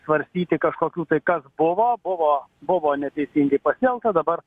svarstyti kažkokių tai kas buvo buvo neteisingai pasielgta dabar